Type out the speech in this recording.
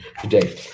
today